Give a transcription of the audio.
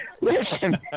Listen